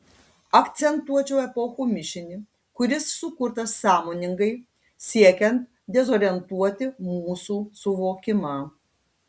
akcentuočiau epochų mišinį kuris sukurtas sąmoningai siekiant dezorientuoti mūsų suvokimą